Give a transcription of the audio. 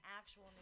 actual